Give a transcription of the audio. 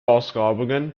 ausgrabungen